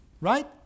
right